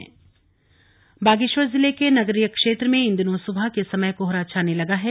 मौसम बागेश्वर बागेश्वर जिले के नगरीय क्षेत्र में इन दिनों सुबह के समय कोहरा छाने लगा है